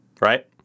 right